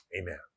amen